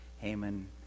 Haman